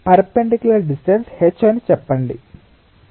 perpendicular distance h అని చెప్పండి